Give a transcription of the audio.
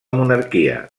monarquia